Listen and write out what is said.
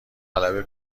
غلبه